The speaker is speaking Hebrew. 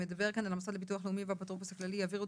שמדבר כאן על המוסד לביטוח לאומי והאפוטרופוס הכללי יעבירו את